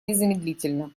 незамедлительно